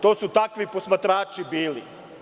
To su takvi posmatrači bili.